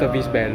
ah okay